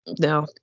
no